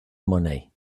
money